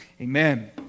amen